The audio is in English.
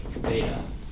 beta